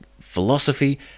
philosophy